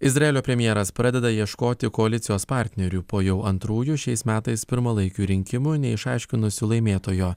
izraelio premjeras pradeda ieškoti koalicijos partnerių po jau antrųjų šiais metais pirmalaikių rinkimų neišaiškinusių laimėtojo